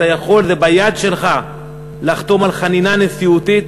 אתה יכול, זה ביד שלך לחתום על חנינה נשיאותית.